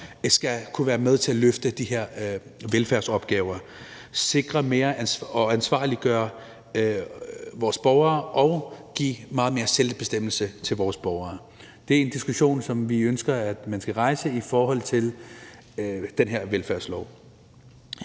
skal kunne være med til at løfte de her velfærdsopgaver, ansvarliggøre vores borgere og give meget mere selvbestemmelse til vores borgere. Det er en diskussion, som vi ønsker man skal rejse i forhold til den her velfærdslov.